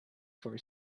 for